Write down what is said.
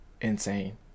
insane